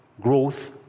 growth